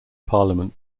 parliament